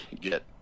get